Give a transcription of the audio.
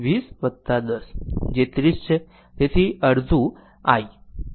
તેથી અડધું એમ્પીયર જે i છે